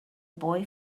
boy